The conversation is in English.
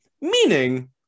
Meaning